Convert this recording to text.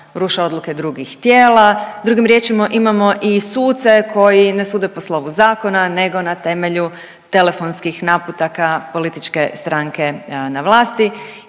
ruše odluke drugih tijela, drugim riječima imamo i suce koji ne sude po slovu zakona nego na temelju telefonskih naputaka političke stranke na vlasti,